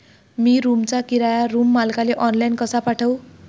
मी रूमचा किराया रूम मालकाले ऑनलाईन कसा पाठवू?